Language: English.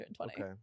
okay